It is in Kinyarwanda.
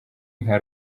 nka